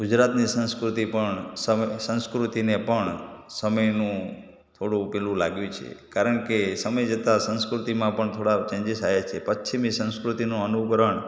ગુજરાતની સંસ્કૃતિ પણ સમ સંસ્કૃતિને પણ સમયનો થોડું પેલું લાગ્યું છે કારણ કે સમય જતાં સંસ્કૃતિમાં પણ થોડા ચેન્જીસ આવ્યા છે પશ્ચિમી સંસ્કૃતિનું અનુકરણ